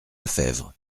lefebvre